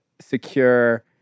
secure